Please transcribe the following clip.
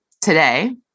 today